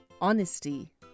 honesty